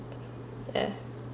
yeah